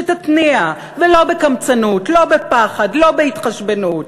שתתניע, ולא בקמצנות, לא בפחד, לא בהתחשבנות.